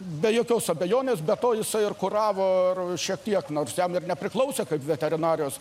be jokios abejonės be to jisai ir kuravo ir šiek tiek nors jam ir nepriklausė kaip veterinarijos